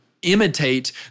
Imitate